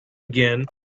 again